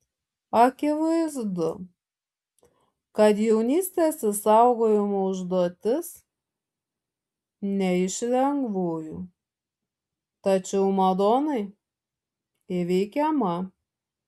akivaizdu kad jaunystės išsaugojimo užduotis ne iš lengvųjų tačiau madonai įveikiama